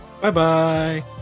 Bye-bye